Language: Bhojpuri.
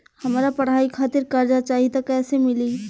हमरा पढ़ाई खातिर कर्जा चाही त कैसे मिली?